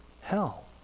hell